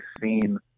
seen